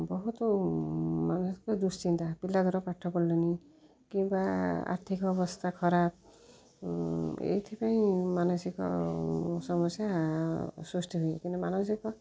ବହୁତ ମାନସିକ ଦୁଶ୍ଚିନ୍ତା ପିଲା ଧର ପାଠ ପଢ଼ିଲେନି କିମ୍ବା ଆର୍ଥିକ ଅବସ୍ଥା ଖରାପ ଏଇଥିପାଇଁ ମାନସିକ ସମସ୍ୟା ସୃଷ୍ଟି ହୁଏ କିନ୍ତୁ ମାନସିକ